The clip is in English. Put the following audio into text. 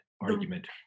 argument